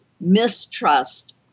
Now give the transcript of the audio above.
mistrust